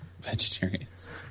Vegetarians